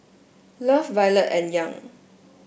love Violet and Young